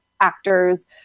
actors